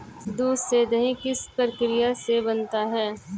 दूध से दही किस प्रक्रिया से बनता है?